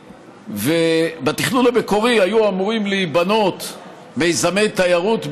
בתכנון המקורי היו אמורים להיבנות מיזמי תיירות,